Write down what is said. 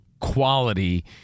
quality